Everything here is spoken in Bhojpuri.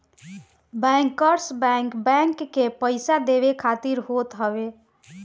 बैंकर्स बैंक, बैंक के पईसा देवे खातिर होत हवे